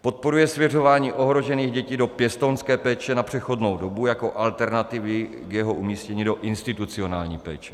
Podporuje svěřování ohrožených dětí do pěstounské péče na přechodnou dobu jako alternativy k jeho umístění do institucionální péče.